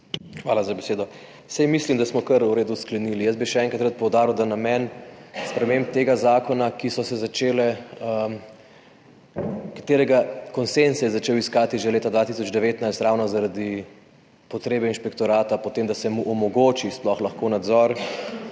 Hvala za besedo. Mislim, da smo kar v redu sklenili. Jaz bi še enkrat rad poudaril, da je namen sprememb tega zakona, katerega konsenz se je začel iskati že leta 2019 ravno zaradi potrebe inšpektorata po tem, da se mu sploh lahko omogoči